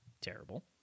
terrible